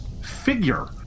figure